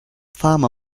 farmer